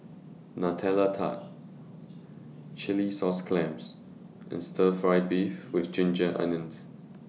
Nutella Tart Chilli Sauce Clams and Stir Fry Beef with Ginger Onions